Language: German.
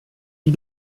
die